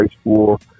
school